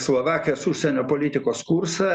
slovakijos užsienio politikos kursą